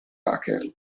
hacker